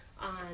on